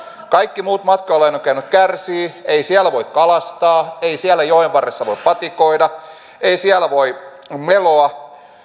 kaikki muut matkailuelinkeinot kärsivät ei siellä voi kalastaa ei siellä joenvarressa voi patikoida ei siellä voi meloa